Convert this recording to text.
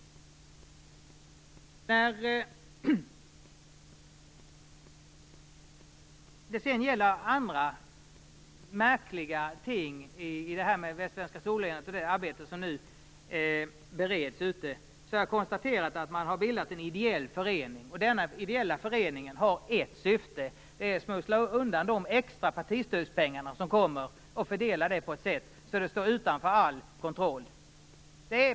När det sedan gäller andra märkliga ting med det västländska storlänet och med det arbete som nu bereds konstaterar jag att man har bildat en ideell förening. Denna ideella förening har ett syfte. Det är att smussla undan de extra partistödspengar man får och fördela dem på så sätt att man står utanför all kontroll.